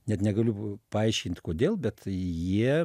net negaliu paaiškint kodėl bet jie